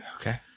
Okay